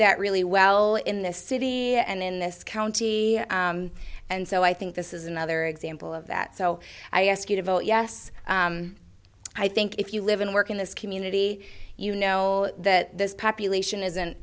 that really well in this city and in this county and so i think this is another example of that so i ask you to vote yes i think if you live and work in this community you know that this population isn't